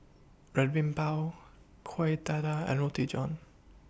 Red Bean Bao Kueh Dadar and Roti John